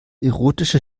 erotische